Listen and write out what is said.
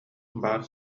баар